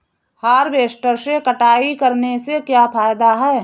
Harvester से कटाई करने से क्या फायदा है?